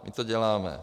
My to děláme.